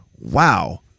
wow